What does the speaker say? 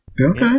Okay